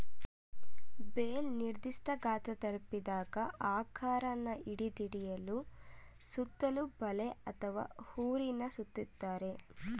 bale ನಿರ್ದಿಷ್ಠ ಗಾತ್ರ ತಲುಪಿದಾಗ ಆಕಾರನ ಹಿಡಿದಿಡ್ಲು ಸುತ್ತಲೂ ಬಲೆ ಅಥವಾ ಹುರಿನ ಸುತ್ತುತ್ತಾರೆ